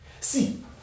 See